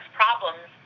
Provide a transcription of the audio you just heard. problems